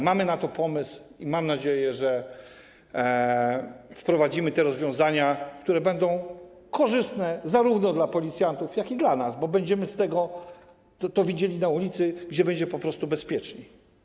Mamy na to pomysł i mam nadzieję, że wprowadzimy takie rozwiązania, które będą korzystne zarówno dla policjantów, jak i dla nas, bo będzie to widać na ulicy, gdzie będzie po prostu bezpiecznie.